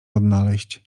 odnaleźć